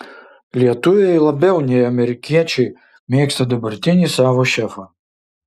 lietuviai labiau nei amerikiečiai mėgsta dabartinį savo šefą